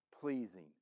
pleasing